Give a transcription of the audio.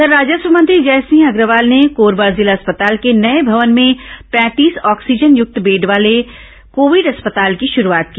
उधर राजस्व मंत्री जयसिंह अग्रवाल ने कोरबा जिला अस्पताल के नये भवन में पैंतीस ऑक्सीजन युक्त बेड वाले कोविड अस्पताल की शुरूआत की